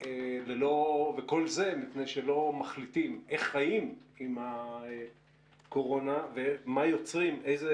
וכל זה מפני שלא מחליטים איך חיים עם הקורונה ואיזה